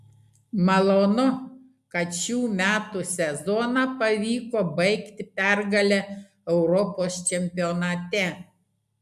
malonu kad šių metų sezoną pavyko baigti pergale europos čempionate